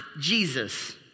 Jesus